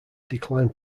declined